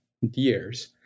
years